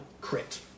crit